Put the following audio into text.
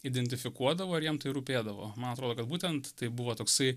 identifikuodavo ar jiem tai rūpėdavo man atrodo kad būtent tai buvo toksai